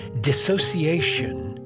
dissociation